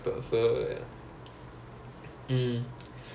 ya same lah like my sister